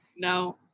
No